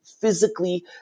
physically